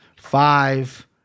five